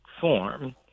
form